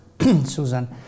Susan